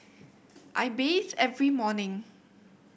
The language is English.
I bathe every morning